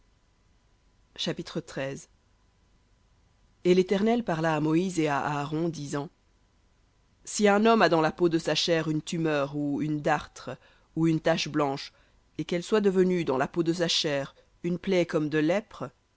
chapitre et l'éternel parla à moïse et à aaron disant si un homme a dans la peau de sa chair une tumeur ou une dartre ou une tache blanchâtre et qu'elle soit devenue dans la peau de sa chair une plaie de lèpre